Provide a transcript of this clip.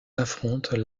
affrontent